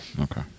Okay